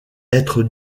être